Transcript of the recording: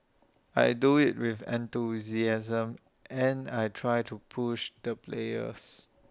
I do IT with enthusiasm and I try to push the players